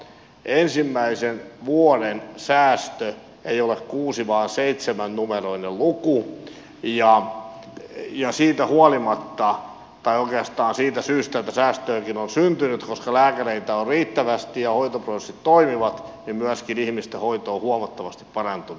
ensimmäisen vuoden säästö ei ole kuusi vaan seitsemännumeroinen luku ja siitä huolimatta tai oikeastaan siitä syystä näitä säästöjäkin on syntynyt koska lääkäreitä on riittävästi ja hoitopörssit toimivat myöskin ihmisten hoito on huomattavasti parantunut